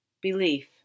Belief